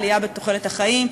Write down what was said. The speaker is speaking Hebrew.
עלייה בתוחלת החיים,